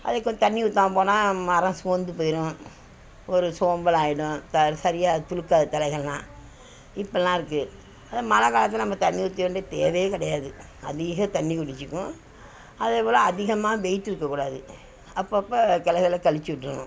அதுக்கு கொஞ்சம் தண்ணி ஊத்தாமல் போனால் மரம் சோர்ந்து போயிடும் ஒரு சோம்பல் ஆயிடும் த சரியாக துளுக்காது தழைகள்லாம் இப்பட்லாம் இருக்குது அதே மழை காலத்தில் நம்ம தண்ணி ஊற்ற வேண்டிய தேவையே கிடையாது அதிக தண்ணி குடிச்சிக்கும் அதேப்போல் அதிகமாக வெயிட் இருக்கக்கூடாது அப்பப்போ கிளைகள கழிச்சி விட்ருணும்